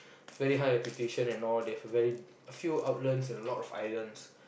very high reputation and all they have very a few outlets in a lot of islands